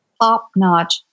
top-notch